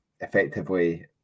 effectively